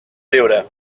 riure